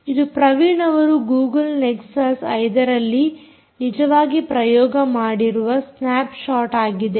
ಇದು ಪ್ರವೀಣ್ ಅವರು Google Nexus five ರಲ್ಲಿ ನಿಜವಾಗಿ ಪ್ರಯೋಗ ಮಾಡಿರುವ ಸ್ನಾಪ್ ಷಾಟ್ ಆಗಿದೆ